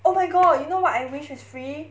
oh my god you know what I wish is free